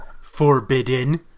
forbidden